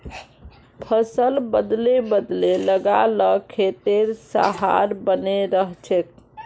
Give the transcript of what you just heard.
फसल बदले बदले लगा ल खेतेर सहार बने रहछेक